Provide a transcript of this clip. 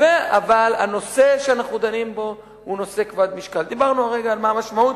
הרי לכאורה נמצאים כאן יושב-ראש הכנסת,